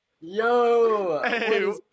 Yo